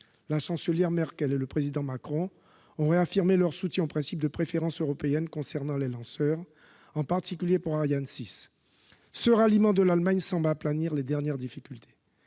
la Chancelière Merkel et le Président Macron ont réaffirmé leur soutien au principe de préférence européenne en ce qui concerne les lanceurs, en particulier pour Ariane 6. Ce ralliement de l'Allemagne semble aplanir les dernières difficultés.